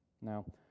Now